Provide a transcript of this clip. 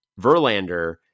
Verlander